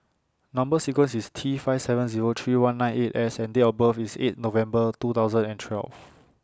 Number sequence IS T five seven Zero three one nine eight S and Date of birth IS eight November two thousand and twelve